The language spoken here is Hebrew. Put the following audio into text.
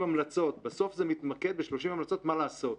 בסוף זה מתמקד ב-30 המלצות מה לעשות,